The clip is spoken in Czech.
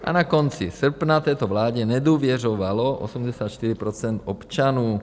A na konci srpna této vládě nedůvěřovalo 84 % občanů.